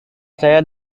saya